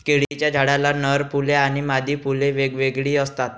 केळीच्या झाडाला नर फुले आणि मादी फुले वेगवेगळी असतात